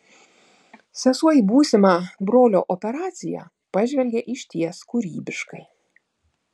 sesuo į būsimą brolio operaciją pažvelgė išties kūrybiškai